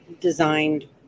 designed